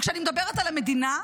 וכשאני מדברת על המדינה,